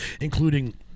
including